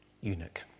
eunuch